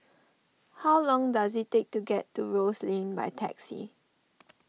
how long does it take to get to Rose Lane by taxi